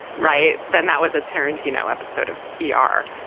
right then that was a turn to you know episode of e r.